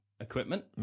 equipment